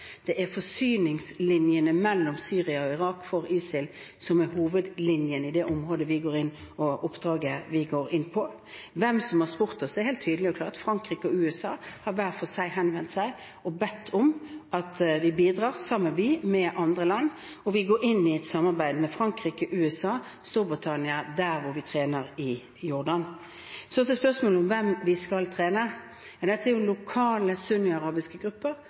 det er forsyningslinjene mellom Syria og Irak til ISIL, som er hovedlinjen i det området vi går inn i, og oppdraget vi går inn på. Hvem som har spurt oss, er helt tydelig og klart: Frankrike og USA har hver for seg henvendt seg og bedt om at vi bidrar sammen med andre land, og vi går inn i et samarbeid med Frankrike, USA og Storbritannia, der vi trener i Jordan. Så til spørsmålet om hvem vi skal trene: Det er lokale sunni-arabiske grupper,